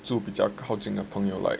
住比较靠近的朋友 like